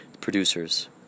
producers